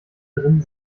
drin